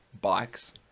bikes